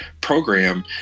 program